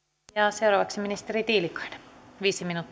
seuraavaksi ministeri tiilikainen viisi